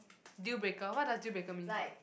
deal breaker what does deal breaker means ah